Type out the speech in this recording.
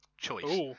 Choice